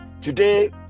today